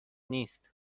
نیست